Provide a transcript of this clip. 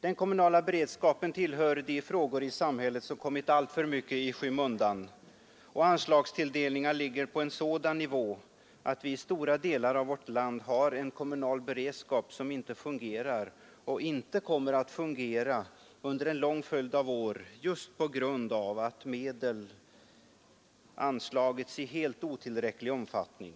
Den kommunala beredskapen tillhör de frågor som kommit alltför mycket i skymundan, och anslagstilldelningen ligger på en sådan nivå att vi i stora delar av vårt land har en kommunal beredskap som inte fungerar och inte kommer att fungera under en lång följd av år just på grund av att medel anslagits i helt otillräcklig omfattning.